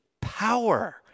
power